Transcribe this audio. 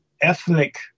ethnic